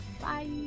Bye